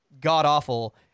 god-awful